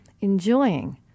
enjoying